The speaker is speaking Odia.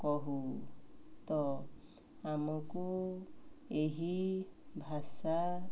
କହୁ ତ ଆମକୁ ଏହି ଭାଷା